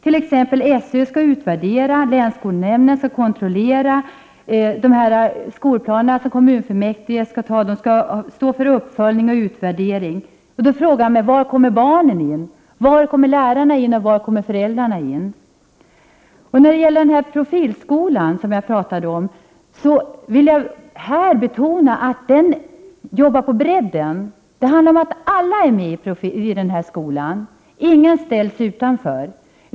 T.ex. skall SÖ utvärdera och länsskolnämnden skall kontrollera de skolplaner som kommunfullmäktige skall anta. Då frågar jag mig: Var kommer barnen in, var kommer lärarna in och var kommer föräldrarna in? Jag vill betona att den profilskola jag talade om arbetar på bredden. Alla är med i denna skola, ingen ställs utanför.